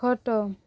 ଖଟ